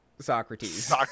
Socrates